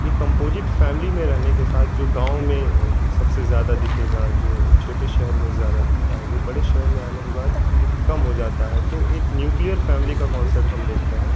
एक composite family में रहने के साथ जो गाँव में सबसे ज़्यादा दिखेगा जो एक छोटे शहर में ज़्यादा दिखता हैं वह बड़े शहर में आने के बाद कम हो जाता है तो एक फ़ैमिली का कोंसेप्ट हम देखते हैं